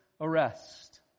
arrest